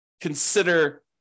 consider